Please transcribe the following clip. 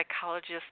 psychologist